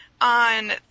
on